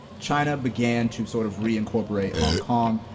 china began to sort of reincorporate hong kong.